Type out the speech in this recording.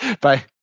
Bye